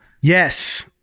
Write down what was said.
yes